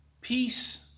Peace